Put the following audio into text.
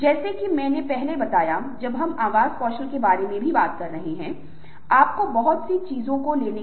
online समाचार पत्र blog wiki video game social media और इनकी मूलभूत विशेषता संवाद बातचीत होते हैं